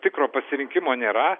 tikro pasirinkimo nėra